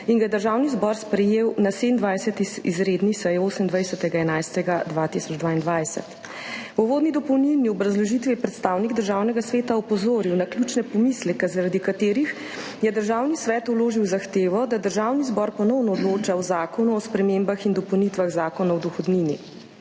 in ga je Državni zbor sprejel na 27. izredni seji, 28. 11. 2022. V uvodni dopolnilni obrazložitvi je predstavnik Državnega sveta opozoril na ključne pomisleke, zaradi katerih je Državni svet vložil zahtevo, da Državni zbor ponovno odloča o Zakonu o spremembah in dopolnitvah Zakona o dohodnini.